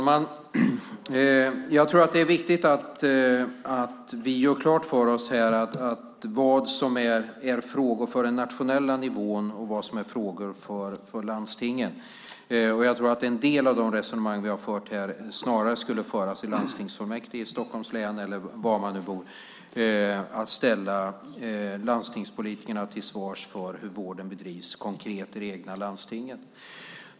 Herr talman! Det är viktigt att vi gör klart för oss här vad som är frågor för den nationella nivån och vad som är frågor för landstingen. Jag tror att en del av de resonemang som vi har fört här snarare skulle föras i landstinget i Stockholms län eller var man nu bor. Det handlar om att ställa landstingspolitikerna till svars för hur vården bedrivs konkret i det egna landstinget.